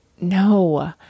No